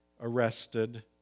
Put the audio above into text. arrested